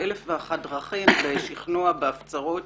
כאן היה ניסיון הביטול במגוון דרכים: בהפצרות,